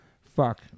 Fuck